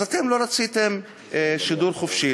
אז אתם לא רציתם שידור חופשי,